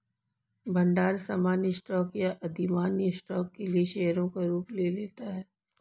भंडार सामान्य स्टॉक या अधिमान्य स्टॉक के लिए शेयरों का रूप ले लेता है